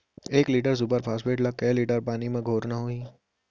एक litre super phosphate ला कए लीटर पानी मा घोरना हे?